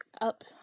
Up